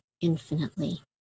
infinitely